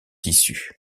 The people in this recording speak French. issu